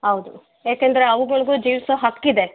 ಹೌದು ಯಾಕಂದರೆ ಅವುಗಳ್ಗೂ ಜೀವಿಸೋ ಹಕ್ಕಿದೆ